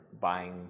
Buying